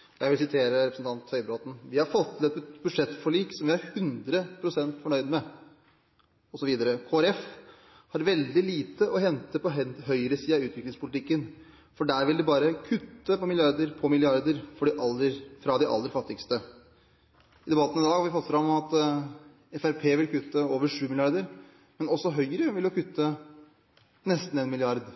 fordeling. Jeg vil referere representanten Høybråten, som sier at de har fått til et budsjettforlik som de er 100 pst. fornøyd med, osv., og at Kristelig Folkeparti har veldig lite å hente på høyresiden i utviklingspolitikken, for der vil man bare kutte milliarder på milliarder fra de aller fattigste. I debatten i dag har vi fått fram at Fremskrittspartiet vil kutte over 7 mrd. kr, men også Høyre vil kutte nesten 1 mrd. kr.